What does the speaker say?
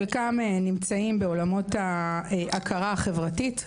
חלקם נמצאים בעולמות ההכרה החברתית,